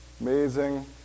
Amazing